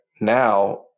now